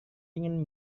ingin